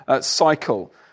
cycle